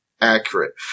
accurate